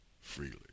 freely